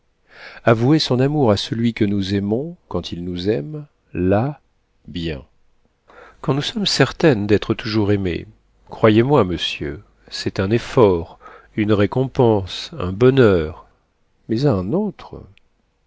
avouer son amour à celui que nous aimons quand il nous aime là bien quand nous sommes certaines d'être toujours aimées croyez-moi monsieur c'est un effort une récompense un bonheur mais à un autre